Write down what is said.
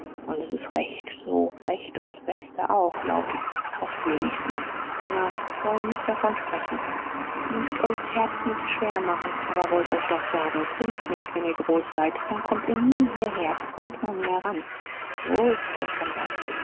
und s ist recht so recht und s beste auch glaub ich hoff wenigstens na wollen nicht davon sprechen möcht euch s herz nicht schwer machen aber wollt euch doch sagen trinkt nicht wenn ihr groß seid dann kommt ihr nie hierher kommt mal näher ran so s ist doch schon was